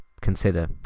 consider